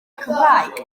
cymraeg